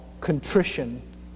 contrition